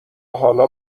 حالا